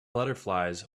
butterflies